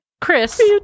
Chris